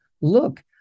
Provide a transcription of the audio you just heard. Look